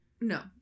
No